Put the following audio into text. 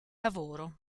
lavoro